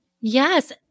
Yes